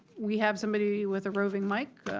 we have somebody with a roving mike.